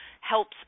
helps